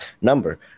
number